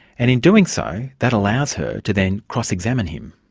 and in doing so, that allows her to then cross-examine him.